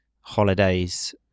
holidays